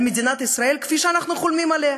על מדינת ישראל כפי שאנחנו חולמים עליה,